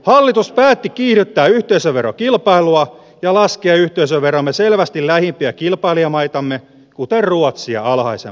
hallitus päätti kiihdyttää yhteisöverokilpailua ja laskea yhteisöveromme selvästi lähimpiä kilpailijamaitamme kuten ruotsia alhaisemmaksi